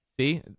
See